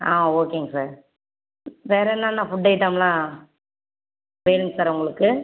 ஆ ஓகேங்க சார் வேறு என்னென்ன ஃபுட் ஐட்டமெலாம் வேணுங்கள் சார் உங்களுக்கு